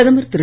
பிரதமர் திரு